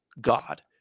God